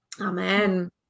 amen